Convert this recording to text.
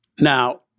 Now